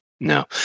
No